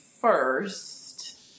first